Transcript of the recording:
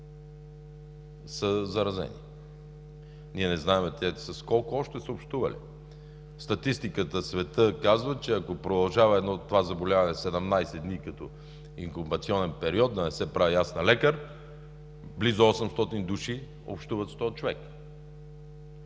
са заразени. Ние не знаем те с колко още са общували. Статистиката в света казва, че ако продължава това заболяване 17 дни като инкубационен период, да не се правя и аз на лекар, близо 800 души общуват с този човек.